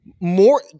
more